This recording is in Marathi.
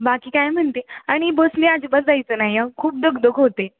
बाकी काय म्हणते आणि बसने आजीबात जायचं नाही हा खूप दगदग होते